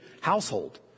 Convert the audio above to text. household